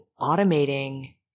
automating